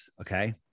okay